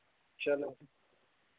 चलो